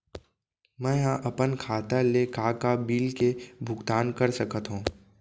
मैं ह अपन खाता ले का का बिल के भुगतान कर सकत हो